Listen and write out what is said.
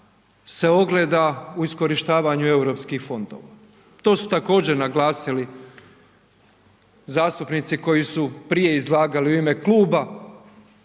se ogleda u iskorištavanju EU fondova. To su također naglasili zastupnici koji su prije izlagali u ime kluba,